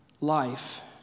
life